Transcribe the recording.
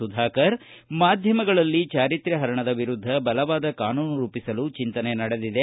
ಸುಧಾಕರ ಮಾಧ್ಯಮಗಳಲ್ಲಿ ಚಾರಿತ್ರ್ಯಪರಣದ ವಿರುದ್ಧ ಬಲವಾದ ಕಾನೂನು ರೂಪಿಸಲು ಚಿಂತನೆ ನಡೆದಿದೆ